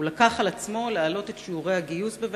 הוא לקח על עצמו להעלות את שיעורי הגיוס בבית-הספר.